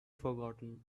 forgotten